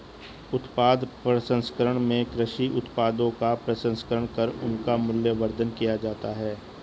उत्पाद प्रसंस्करण में कृषि उत्पादों का प्रसंस्करण कर उनका मूल्यवर्धन किया जाता है